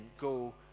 go